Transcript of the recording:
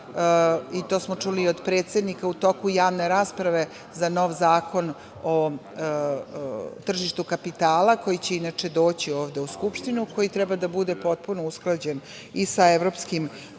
a to smo čuli i od predsednika, u toku javne rasprave za nov zakon o tržištu kapitala, koji će doći ovde u Skupštinu i koji treba da bude potpuno usklađen i sa evropskim